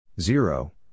zero